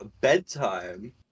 Bedtime